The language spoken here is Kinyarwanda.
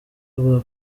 rwa